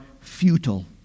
futile